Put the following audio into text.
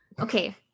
Okay